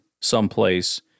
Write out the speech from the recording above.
someplace